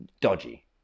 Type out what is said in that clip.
dodgy